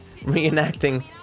Reenacting